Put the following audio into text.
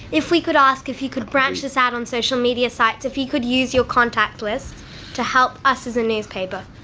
if we could ask if you could branch this out on social media sites, if you could use your contact lists to help us as a newspaper.